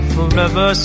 Forever